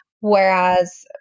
Whereas